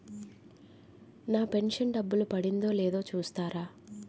నా pension డబ్బులు పడిందో లేదో చూస్తారా?